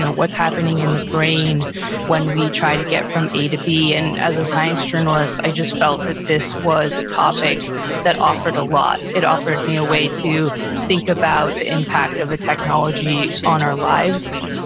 what's happening in the brain when we try to get from a to b. and as a science journalist, i just felt that this was a topic that offered a lot. it offered me a way to think about the impact of a technology on our lives,